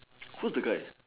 who's the guy